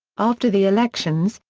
after the elections,